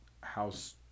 house